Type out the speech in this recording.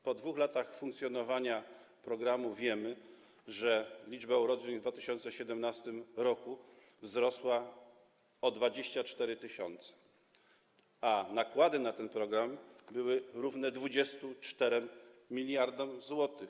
Po 2 latach funkcjonowania programu wiemy, że liczba urodzeń w 2017 r. wzrosła o 24 tys., a nakłady na ten program były równe 24 mld zł.